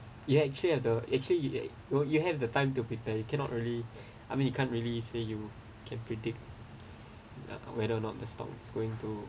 you actually have the actually you you you have the time to prepare you cannot early I mean you can't really say you can predict whether or not the stock is going to